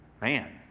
man